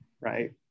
right